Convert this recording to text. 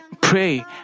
pray